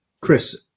Chris